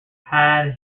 had